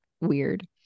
weird